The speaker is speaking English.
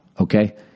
Okay